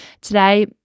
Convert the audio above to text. today